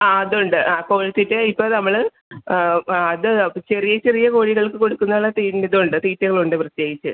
ആ അതുണ്ട് ആ കോഴിത്തീറ്റ ഇപ്പോൾ നമ്മൾ അത് ചെറിയ ചെറിയ കോഴികൾക്ക് കൊടുക്കുന്നുള്ള തീ ഇതുണ്ട് തീറ്റകളുണ്ട് പ്രത്യേകിച്ച്